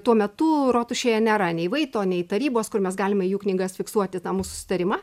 tuo metu rotušėje nėra nei vaito nei tarybos kur mes galime į jų knygas fiksuoti tą mūsų susitarimą